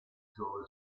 giove